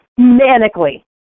manically